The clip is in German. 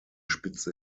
spitze